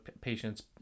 patients